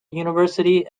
university